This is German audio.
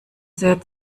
sehr